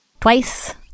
Twice